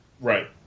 Right